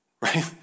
right